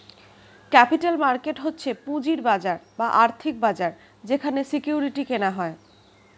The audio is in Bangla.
ক্যাপিটাল মার্কেট হচ্ছে পুঁজির বাজার বা আর্থিক বাজার যেখানে সিকিউরিটি কেনা হয়